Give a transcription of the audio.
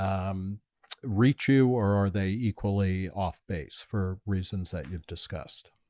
um reach you or are they equally off base for reasons that you've discussed?